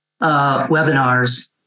webinars